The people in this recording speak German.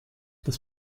das